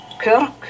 Kirk